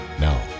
Now